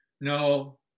No